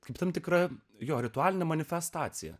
kaip tam tikra jo ritualinė manifestacija